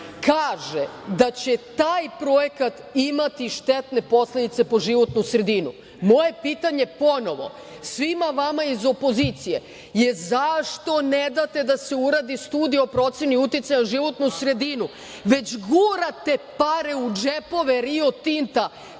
kaže da će taj projekat imati štetne posledice po životnu sredinu. Moje pitanje ponovo svima vama iz opozicije je - zašto ne date da se uradi Studija o proceni uticaja na životnu sredinu, već gurate pare u džepove Rio Tinta,